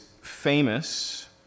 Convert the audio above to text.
famous